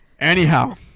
anyhow